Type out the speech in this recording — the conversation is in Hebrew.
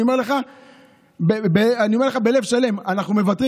אני אומר לך בלב שלם: אנחנו מוותרים.